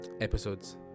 episodes